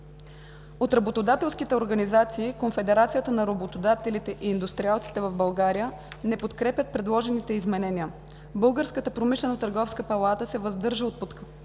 От работодателските организации – Конфедерацията на работодателите и индустриалците в България, не подкрепя предложените изменения, Българската промишлено-търговска палата се въздържа от подкрепа,